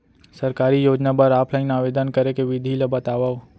सरकारी योजना बर ऑफलाइन आवेदन करे के विधि ला बतावव